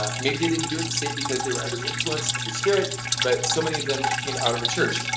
um maybe they didn't do it the same because they were under the influence of the spirit but so many of them came out of the church.